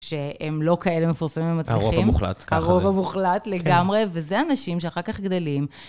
שהם לא כאלה מפורסמים ומצליחים. הרוב המוחלט, ככה זה. הרוב המוחלט לגמרי, וזה אנשים שאחר כך גדלים.